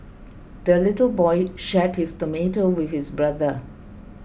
the little boy shared his tomato with his brother